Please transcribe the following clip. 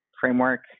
framework